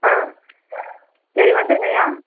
ஆ சரி வந்துடுங்கய்யா